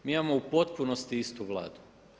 Mi imamo u potpunosti istu Vladu.